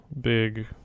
big